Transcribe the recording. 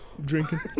Drinking